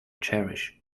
cherish